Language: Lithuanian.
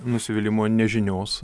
nusivylimo nežinios